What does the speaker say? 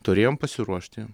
turėjom pasiruošti